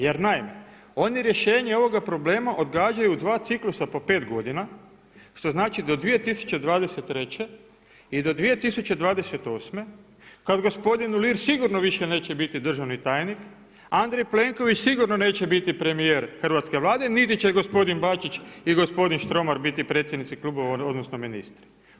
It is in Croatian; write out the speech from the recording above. Jer naime, oni rješenje ovoga problema odgađaju dva ciklusa po 5 godina, što znači do 2023. i do 2028. kada gospodin Uhlir sigurno više neće biti državni tajnik, Andrej Plenković sigurno neće biti premijer hrvatske Vlade, niti će gospodin Bačić i gospodin Štromar biti predsjednici klubova, odnosno ministri.